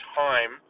time